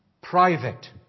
private